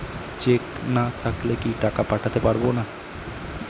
Check না থাকলে কি টাকা পাঠাতে পারবো না?